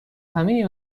همه